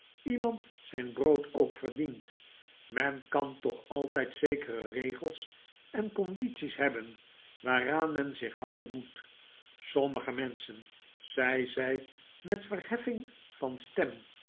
iemand zijn brood ook verdient men kan toch altijd zekere regels eh condities hebben waaraah'men zich houden moet sommige menschen zei zij met verheffing van stem